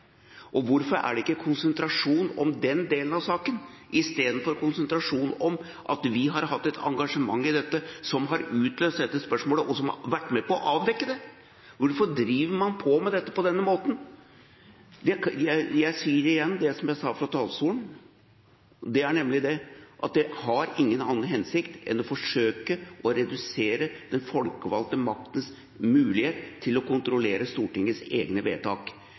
følge. Hvorfor er det ikke konsentrasjon om den delen av saken, istedenfor konsentrasjon om at vi har hatt et engasjement i dette som har utløst dette spørsmålet, og som har vært med på å avdekke det? Hvorfor driver man på med dette på denne måten? Jeg sier igjen det som jeg sa fra talerstolen, nemlig at det har ingen annen hensikt enn å forsøke å redusere den folkevalgte maktens mulighet til å kontrollere Stortingets egne vedtak.